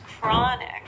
chronic